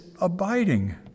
abiding